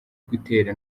gutera